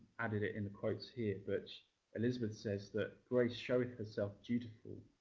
added it in the quotes here, but elizabeth says that grace showeth herself dutiful.